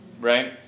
right